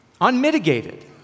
unmitigated